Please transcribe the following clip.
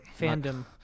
fandom